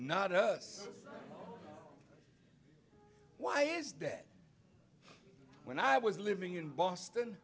not us why is that when i was living in boston